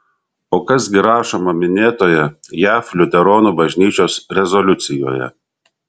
o kas gi rašoma minėtoje jav liuteronų bažnyčios rezoliucijoje